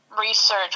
research